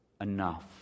enough